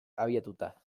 abiatuta